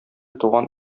туган